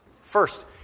First